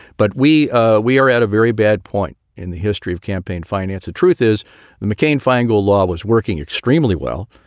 but we we are at a very bad point in the history of campaign finance. truth is, the mccain-feingold law was working extremely well.